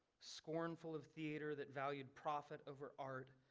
scornful of theater that valued profit over art.